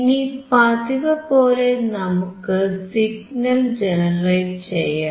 ഇനി പതിവുപോലെ നമുക്ക് സിഗ്നൽ ജനറേറ്റ് ചെയ്യാം